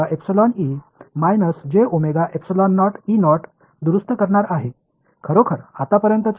ஏனென்றால் 1 மற்றும் மைனஸிலிருந்து 2 ஐக் கழித்ததால் M வெளிப்பாடு மறைந்துவிடும்